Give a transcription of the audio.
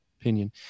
opinion